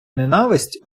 ненависть